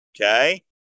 Okay